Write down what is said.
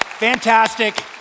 Fantastic